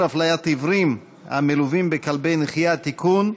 הפליית עיוורים המלווים בכלבי נחייה (תיקון),